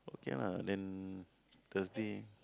okay lah then Thursday